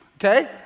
okay